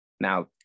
Now